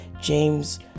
James